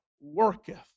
worketh